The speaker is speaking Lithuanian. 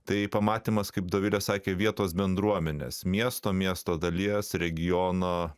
tai pamatymas kaip dovilė sakė vietos bendruomenes miesto miesto dalies regiono